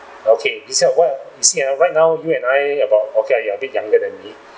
okay you see uh what uh you see uh right now you and I about okay lah you're a bit younger than me